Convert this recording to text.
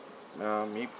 uh